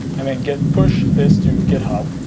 and then git push this to github